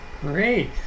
Great